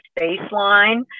baseline